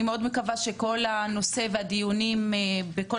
אני מאוד מקווה שאנחנו נהיה חלק בכול